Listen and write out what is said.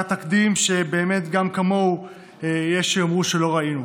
תקדים שגם כמוהו יש שיאמרו שלא ראינו.